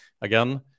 Again